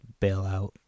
bailout